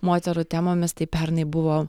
moterų temomis tai pernai buvo